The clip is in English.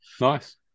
Nice